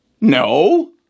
No